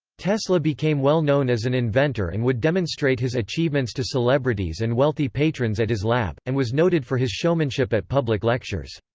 tesla became well known as an inventor and would demonstrate his achievements to celebrities and wealthy patrons at his lab, and was noted for his showmanship at public lectures.